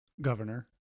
governor